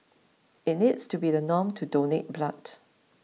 it needs to be the norm to donate blood